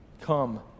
Come